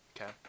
Okay